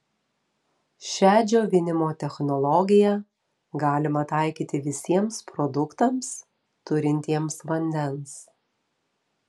šią džiovinimo technologiją galima taikyti visiems produktams turintiems vandens